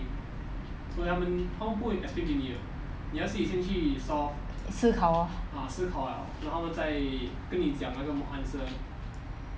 思考 lor